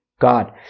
God